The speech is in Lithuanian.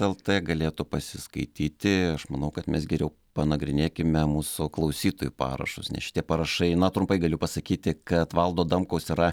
lt galėtų pasiskaityti aš manau kad mes geriau panagrinėkime mūsų klausytojų parašus nes šitie parašai na trumpai galiu pasakyti kad valdo adamkaus yra